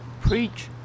preach